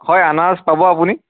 হয় আনাৰস পাব আপুনি